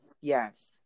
Yes